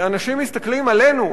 ואנשים מסתכלים עלינו,